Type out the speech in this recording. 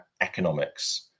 economics